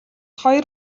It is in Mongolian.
хоёр